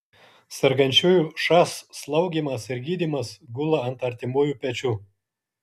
sergančiųjų šas slaugymas ir gydymas gula ant artimųjų pečių